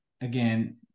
again